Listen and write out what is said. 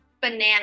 Banana